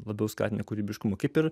labiau skatina kūrybiškumą kaip ir